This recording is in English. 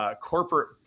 Corporate